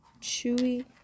chewy